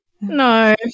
no